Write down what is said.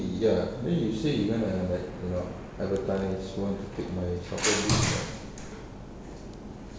eh ya you say you want to have like nak advertise what paid by